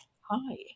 Hi